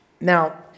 Now